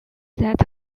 that